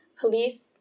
Police